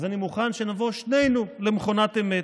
אז אני מוכן שנבוא שנינו למכונת אמת,